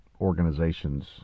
organization's